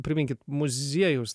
priminkit muziejaus